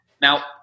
Now